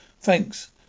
Thanks